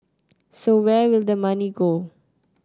so where will the money go